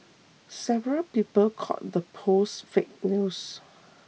several people called the post fake news